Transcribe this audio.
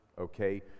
okay